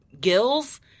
gills